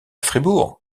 fribourg